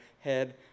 head